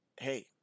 hey